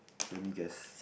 let me guess